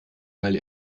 weil